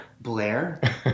Blair